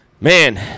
Man